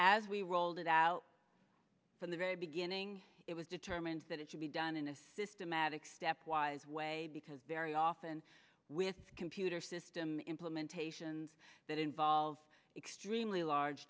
as we rolled it out from the very beginning it was determined that it should be done in a systematic stepwise way because very often with computer system implementations that involve extremely large